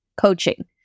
coaching